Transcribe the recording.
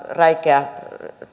räikeä